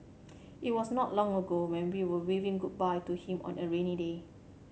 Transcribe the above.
it was not long ago when we were waving goodbye to him on a rainy day